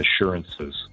assurances